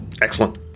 Excellent